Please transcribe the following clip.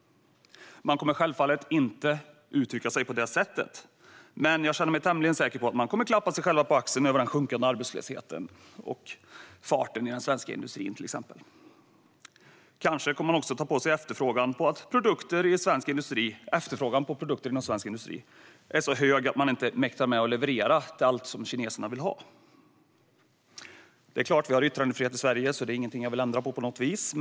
De kommer självfallet inte att uttrycka sig på det sättet. Men jag känner mig tämligen säker på att de kommer att klappa sig själva på axeln för till exempel den sjunkande arbetslösheten och farten i den svenska industrin. De kommer kanske också att ta på sig äran för att efterfrågan på produkter i svensk industri är så stor att man inte mäktar med att leverera allt som kineserna vill ha. Vi har yttrandefrihet, och det är klart att det inte är någonting som jag på något sätt vill ändra på.